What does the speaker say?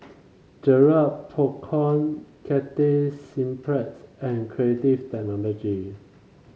Garrett Popcorn Cathay Cineplex and Creative Technology